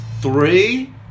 three